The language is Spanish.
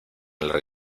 larga